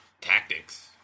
tactics